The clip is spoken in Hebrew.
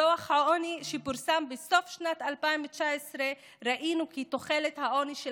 בדוח העוני שפורסם בסוף שנת 2019 ראינו כי תוחלת העוני של